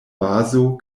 bazo